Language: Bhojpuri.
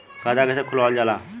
खाता कइसे खुलावल जाला?